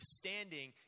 standing